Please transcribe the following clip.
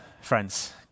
friends